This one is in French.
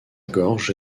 gorge